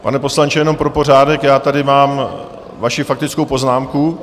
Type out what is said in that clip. Pane poslanče, jenom pro pořádek, já tady mám vaši faktickou poznámku.